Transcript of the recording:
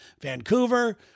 Vancouver